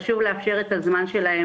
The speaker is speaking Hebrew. וחשוב לאפשר את זה.